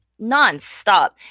nonstop